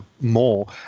more